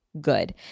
good